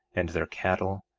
and their cattle,